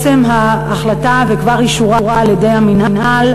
עצם ההחלטה וכבר אישורה על-ידי המינהל